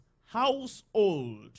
household